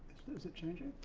is it changing?